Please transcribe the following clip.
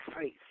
faith